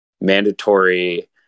mandatory